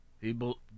People